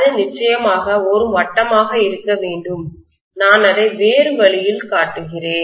அது நிச்சயமாக ஒரு வட்டமாக இருக்க வேண்டும் நான் அதை வேறு வழியில் காட்டுகிறேன்